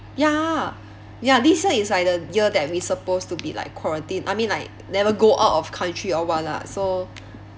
ya ya this year is like the year that we supposed to be like quarantine I mean like never go out of country or what lah so